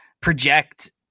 project